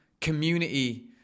community